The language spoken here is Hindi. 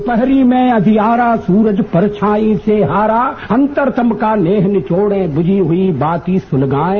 द्रपहरी में अंधियारा सूरज परछाई से हारा अंतरतम का नेह निचोड़ें बुझी हुई बाती सूलगाएं